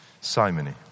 Simony